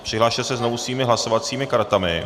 Přihlaste se znovu svými hlasovacími kartami.